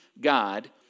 God